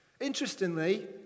Interestingly